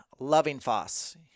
Lovingfoss